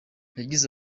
yagize